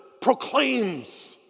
proclaims